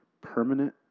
permanent